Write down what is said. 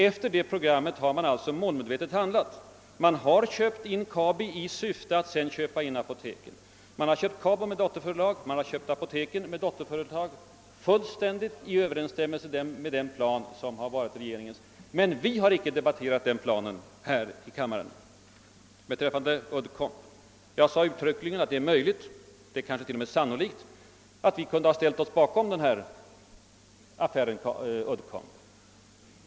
Efter det programmet har man alltså målmedvetet handlat. Man har köpt in Kabi med dotterföretag i syfte att sedan köpa in apoteken med dotterföretag, fullständigt i överensstämmelse med den plan som varit regeringens. Men vi har inte fått debattera planen här i kammaren. Beträffande Uddcomb sade jag uttryckligen att det är möjligt, kanske till och med sannolikt, att vi kunde ha ställt oss bakom den affären.